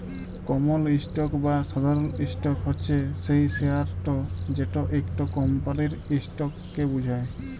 কমল stock বা সাধারল stock হছে সেই শেয়ারট যেট ইকট কমপালির ইসটককে বুঝায়